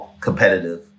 competitive